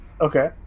Okay